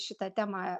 šitą temą